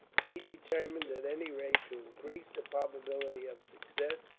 he determined, at any rate, to increase the probability of success,